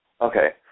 Okay